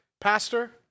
pastor